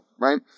right